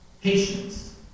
patience